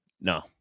No